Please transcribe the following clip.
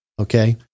okay